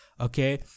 Okay